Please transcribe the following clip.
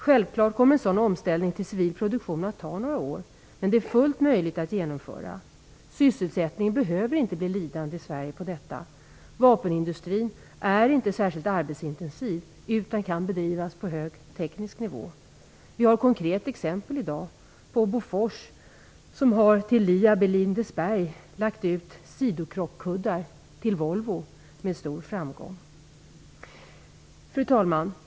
Självklart kommer en sådan omställning till civil produktion att ta några år, men det är fullt möjligt att genomföra. Sysselsättningen i Sverige behöver inte bli lidande på grund av detta. Vapenindustrin är inte särskilt arbetsintensiv, utan kan bedrivas på hög teknisk nivå. Det finns ett konkret exempel i dag. Bofors har med stor framgång lagt ut tillverkningen av Volvos sidokrockkuddar till Liab i Fru talman!